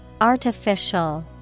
Artificial